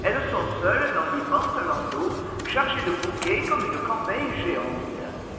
elles sont seules dans l'immense landau chargé de bouquets comme une corbeille géante